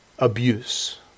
Abuse